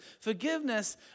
forgiveness